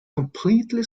completely